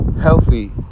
healthy